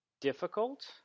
difficult